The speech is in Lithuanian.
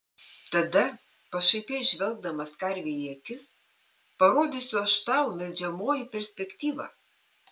tada pašaipiai žvelgdamas karvei į akis parodysiu aš tau melžiamoji perspektyvą